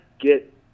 get